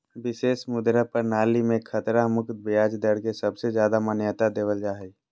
विशेष मुद्रा प्रणाली मे खतरा मुक्त ब्याज दर के सबसे ज्यादा मान्यता देवल जा हय